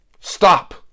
Stop